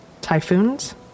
Typhoons